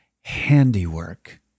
handiwork